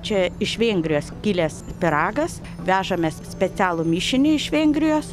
čia iš vengrijos kilęs pyragas vežamės specialų mišinį iš vengrijos